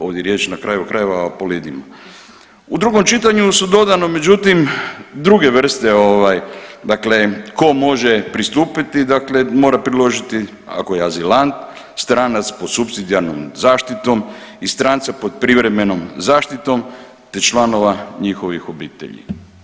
Ovdje je riječ na kraju krajeva o … U drugom čitanju su dodano međutim druge vrste, dakle tko može pristupiti, dakle mora priložiti ako je azilant, stranac pod supsidijarnom zaštitom i stranca pod privremenom zaštitom te članova njihovih obitelji.